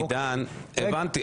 הבנתי.